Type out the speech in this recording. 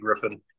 griffin